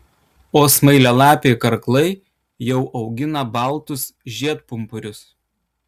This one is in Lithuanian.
o smailialapiai karklai jau augina baltus žiedpumpurius